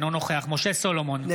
אינו נוכח משה סולומון,